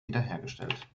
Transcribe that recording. wiederhergestellt